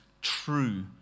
true